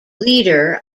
leader